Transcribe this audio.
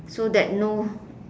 so that no